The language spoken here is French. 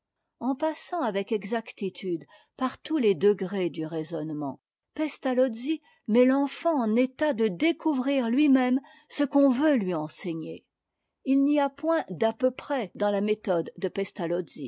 en passant avec exactitude par tous les degrés du raisonnement pestalozzi met l'enfant en état de découvrir lui-même ce qu'on veut lui enseigner il n'y a point d'à peu près dans la méthode de